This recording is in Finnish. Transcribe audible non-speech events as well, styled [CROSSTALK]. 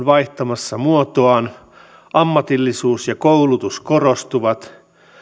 [UNINTELLIGIBLE] vaihtamassa muotoaan ammatillisuus ja koulutus korostuvat